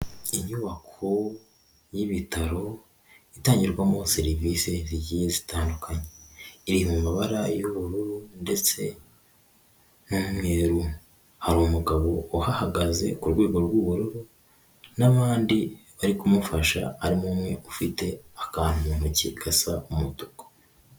Inyubako y'ibitaro itangirwamo serivisi zigiye zitandukanye, iri mu mabara y'ubururu ndetse n'umweru, hari umugabo uhahagaze ku rwego rw'ubururu n'abandi bari kumufasha, harimo umwe ufite akantu mu ntoki gasa umutuku.